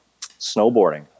snowboarding